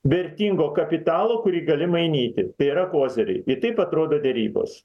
vertingo kapitalo kurį gali mainyti tai yra koziriai i taip atrodo derybos